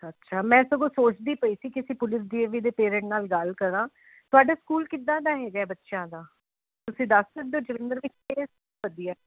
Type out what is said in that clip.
ਅੱਛਾ ਮੈਂ ਸਗੋਂ ਸੋਚਦੀ ਪਈ ਸੀ ਕਿਸੀ ਪੁਲਿਸ ਦੀ ਪੇਰੈਂਟ ਨਾਲ ਵੀ ਗੱਲ ਕਰਾਂ ਤੁਹਾਡੇ ਸਕੂਲ ਕਿੱਦਾਂ ਦਾ ਹੈਗੇ ਬੱਚਿਆਂ ਦਾ ਤੁਸੀਂ ਦੱਸ ਸਕਦੇ ਹੋ ਜਲੰਧਰ ਵਿੱਚ ਕਿਹੜੇ ਸਕੂਲ ਵਧੀਆ